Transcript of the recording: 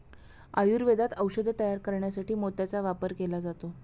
आयुर्वेदात औषधे तयार करण्यासाठी मोत्याचा वापर केला जातो